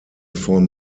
form